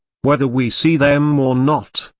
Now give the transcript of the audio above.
whether we see them or not,